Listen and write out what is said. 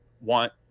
want